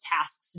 tasks